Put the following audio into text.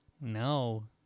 No